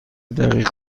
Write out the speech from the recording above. دقیق